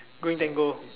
going Tango